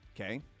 Okay